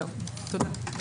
תודה.